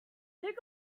think